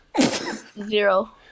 zero